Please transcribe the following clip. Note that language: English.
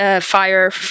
fire